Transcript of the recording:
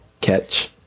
catch